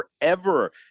forever